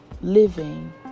living